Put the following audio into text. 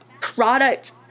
product